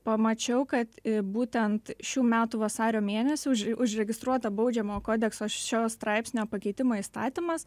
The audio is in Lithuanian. pamačiau kad būtent šių metų vasario mėnesį užregistruota baudžiamojo kodekso šio straipsnio pakeitimo įstatymas